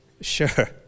sure